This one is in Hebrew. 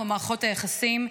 במערכות היחסים,